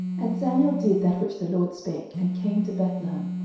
and samuel did that which the lord spake, and came to bethlehem.